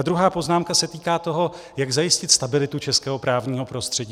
Druhá poznámka se týká toho, jak zajistit stabilitu českého právního prostředí.